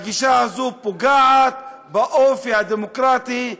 הגישה הזאת פוגעת באופי הדמוקרטי,